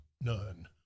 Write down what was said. none